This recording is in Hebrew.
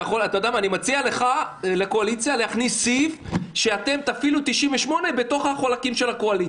אני מציע לקואליציה להכניס סעיף שאתם תפעילו את סעיף 98 בתוך הקואליציה.